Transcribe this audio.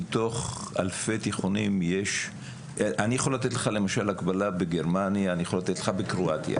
אני יכול לתת לך דוגמה מקבילה בגרמניה ובקרואטיה.